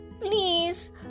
Please